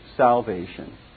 salvation